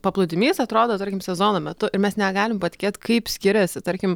paplūdimys atrodo tarkim sezono metu ir mes negalim patikėt kaip skiriasi tarkim